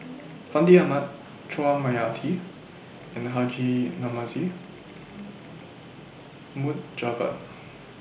Fandi Ahmad Chua Mia Tee and Haji Namazie Mohd Javad